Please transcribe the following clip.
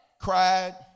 cried